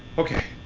okay.